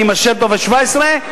אני מאשר טופס 17,